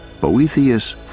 Boethius